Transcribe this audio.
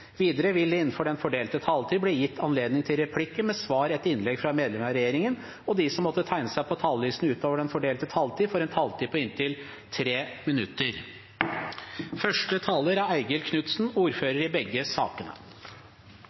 Videre vil det – innenfor den fordelte taletid – bli gitt anledning til replikker med svar etter innlegg fra medlemmer av regjeringen, og de som måtte tegne seg på talerlisten utover den fordelte taletid, får en taletid på inntil 3 minutter.